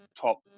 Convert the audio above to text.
top